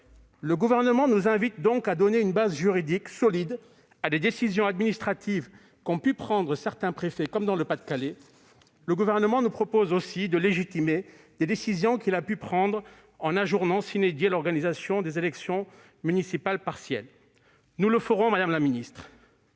Le Gouvernement nous invite donc à donner une base juridique solide aux décisions administratives qu'ont pu prendre certains préfets, comme celui du Pas-de-Calais. Il nous propose aussi de légitimer ses propres décisions, lorsqu'il a ajourné l'organisation des élections municipales partielles. Nous le ferons, madame la ministre.